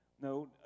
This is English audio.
No